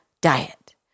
diet